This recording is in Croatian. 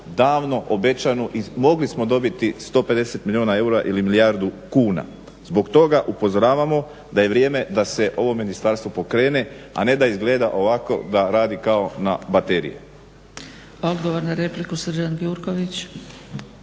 davno obećanu i mogli smo dobiti 150 milijuna eura ili milijardu kuna. Zbog toga upozoravamo da je vrijeme da se ovo ministarstvo pokrene, a ne da izgleda ovako da radi kao na baterije.